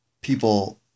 people